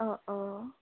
অঁ অঁ